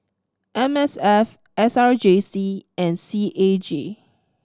M S F S R J C and C A G